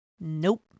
nope